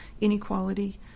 inequality